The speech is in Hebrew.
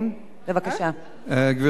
גברתי היושבת-ראש, היות